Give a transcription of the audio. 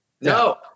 No